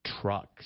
trucks